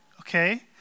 okay